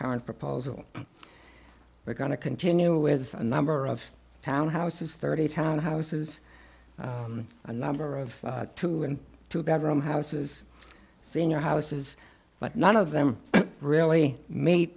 current proposal we're going to continue with a number of town houses thirty town houses a number of two and two bedroom houses senior houses but none of them really m